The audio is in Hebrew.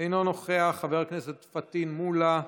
אינו נוכח, חבר הכנסת פטין מולא,